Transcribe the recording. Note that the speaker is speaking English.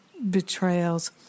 Betrayals